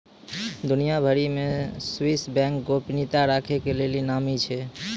दुनिया भरि मे स्वीश बैंक गोपनीयता राखै के लेली नामी छै